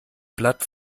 blatt